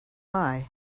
eye